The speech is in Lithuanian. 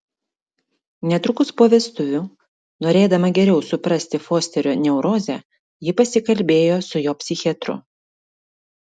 netrukus po vestuvių norėdama geriau suprasti fosterio neurozę ji pasikalbėjo su jo psichiatru